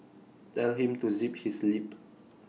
tell him to zip his lip